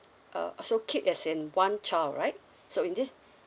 uh uh so kid as in one child right so in this